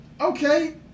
Okay